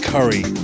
Curry